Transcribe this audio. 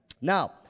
Now